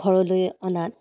ঘৰলৈ অনাত